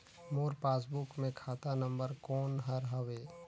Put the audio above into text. मोर passbook मे खाता number कोन हर हवे?